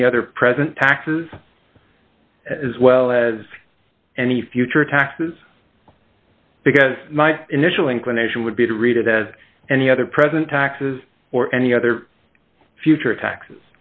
any other present taxes as well as any future taxes because my initial inclination would be to read it as any other present taxes or any other future taxes